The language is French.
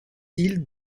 ils